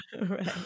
Right